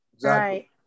Right